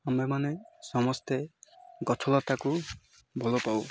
ଆମେମାନେ ସମସ୍ତେ ଗଛଲତାକୁ ଭଲ ପାଉ